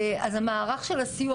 אז המערך של הסיוע,